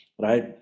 right